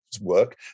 work